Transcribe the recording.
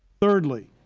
thirdly,